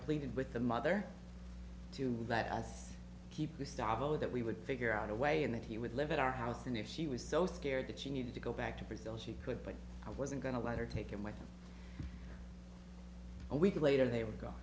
pleaded with the mother to let us keep to start over that we would figure out a way and that he would live at our house and if she was so scared that she needed to go back to brazil she could but i wasn't going to let her take him with a week later they would go